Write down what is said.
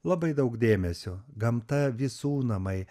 labai daug dėmesio gamta visų namai